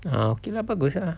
uh okay lah bagus lah